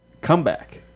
comeback